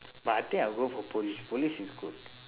but I think I will go for police police is good